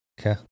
Okay